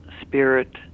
spirit